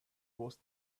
was